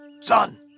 Son